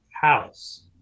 house